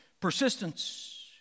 Persistence